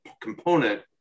component